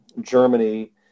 Germany